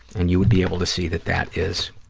and you would be able to see that that is